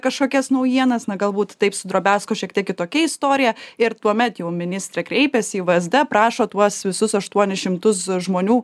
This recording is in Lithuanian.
kažkokias naujienas na galbūt taip su drobesko šiek tiek kitokia istorija ir tuomet jau ministrė kreipėsi į v es d prašo tuos visus aštuonis šimtus žmonių